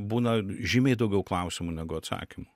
būna žymiai daugiau klausimų negu atsakymų